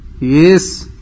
Yes